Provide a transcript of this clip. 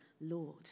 Lord